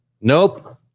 Nope